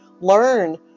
learn